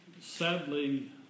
sadly